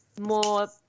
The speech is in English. more